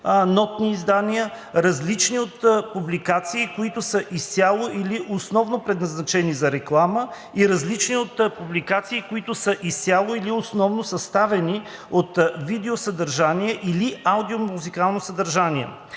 нотни издания, различни от публикации, които са изцяло или основно предназначени за реклама, и различни от публикации, които са изцяло или основно съставени от видеосъдържание или аудио-музикално съдържание;